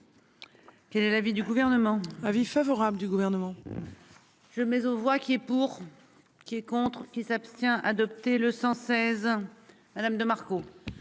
Quel est l'avis du gouvernement, avis favorable du gouvernement. Je mets aux voix qui est pour. Qui est contre qui s'abstient adopté le 116 ans. Madame de Marco.